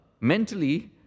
mentally